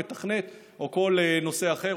מתכנת או כל נושא אחר,